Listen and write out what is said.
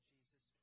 Jesus